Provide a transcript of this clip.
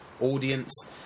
audience